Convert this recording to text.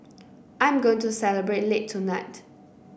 I am going to celebrate late tonight